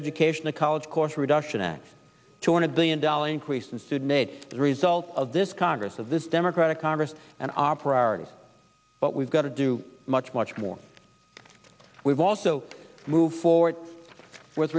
education the college course reduction act two hundred billion dollars increase and sedates the result of this congress of this democratic congress and our priorities but we've got to do much much more we've also moved forward with